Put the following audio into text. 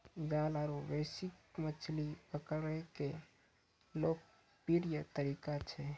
जाल आरो बंसी मछली पकड़ै के लोकप्रिय तरीका छै